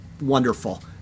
wonderful